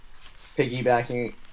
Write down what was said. piggybacking